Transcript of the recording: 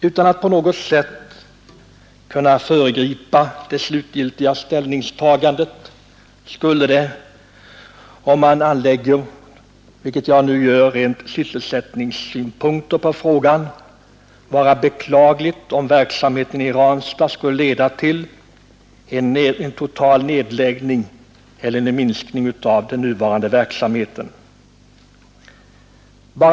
Utan att på något sätt föregripa det slutgiltiga ställningstagandet anser jag att det — om-man anlägger rena sysselsättningssynpunkter på frågan — skulle vara beklagligt om verksamheten i Ranstad skulle leda till en total nedläggning eller en minskning av den nuvarande verksamheten.